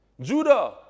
Judah